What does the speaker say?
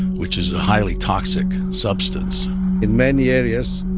which is a highly toxic substance in many areas,